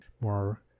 more